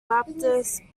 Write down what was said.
baptist